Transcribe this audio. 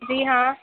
جی ہاں